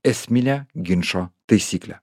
esminę ginčo taisyklę